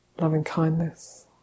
loving-kindness